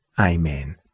Amen